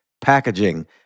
packaging